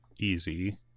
easy